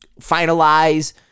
finalize